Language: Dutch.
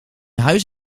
huis